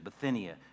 Bithynia